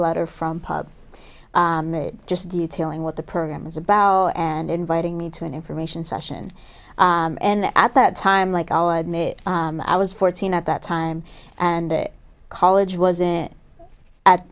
letter from just detailing what the program is about and inviting me to an information session and at that time like i'll admit i was fourteen at that time and a college wasn't